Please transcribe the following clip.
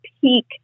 peak